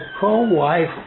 co-wife